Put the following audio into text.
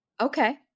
Okay